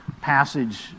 passage